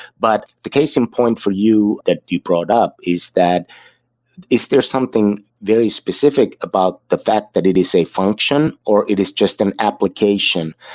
but the case in point for you that you brought up is that is there something very specific about the fact that it is a function or it is just an application?